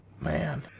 Man